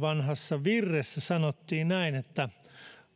vanhassa virressä sanottiin näin